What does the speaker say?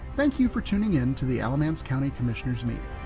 thank you for tuning in to the alamance county commissioners meeting.